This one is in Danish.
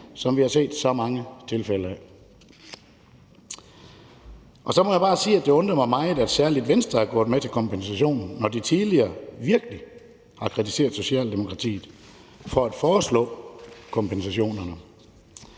som vi har set så mange tilfælde af. Så må jeg sige, at det undrer mig meget, at særlig Venstre er gået med til kompensationen, når de tidligere virkelig har kritiseret Socialdemokratiet for at foreslå kompensationerne.